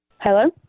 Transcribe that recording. Hello